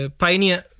pioneer